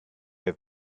have